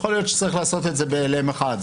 יכול להיות שצריך לעשות את זה בהעלם אחד.